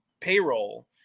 payroll